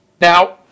Now